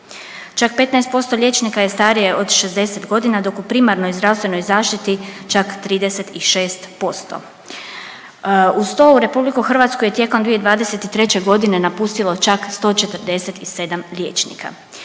Čak 15% liječnika je starije od 60 godina dok u primarnoj zdravstvenoj zaštiti čak 36%. Uz to RH je tijekom 2023. godine napustilo čak 147 liječnika.